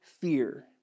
fear